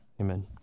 Amen